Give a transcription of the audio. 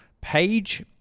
page